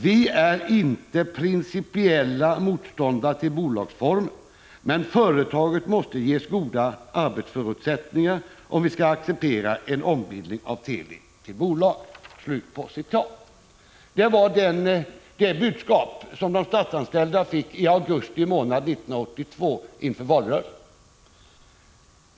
Vi är inte principiella motståndare till bolagsformen, men företaget måste ges goda arbetsförutsättningar om vi skall acceptera en ombildning av Teli till bolag.” Det var det budskap som de statsanställda fick inför valrörelsen 1982.